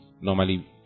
normally